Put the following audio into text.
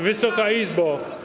Wysoka Izbo!